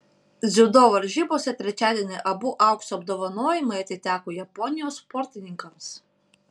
dziudo varžybose trečiadienį abu aukso apdovanojimai atiteko japonijos sportininkams